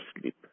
sleep